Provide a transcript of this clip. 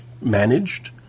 managed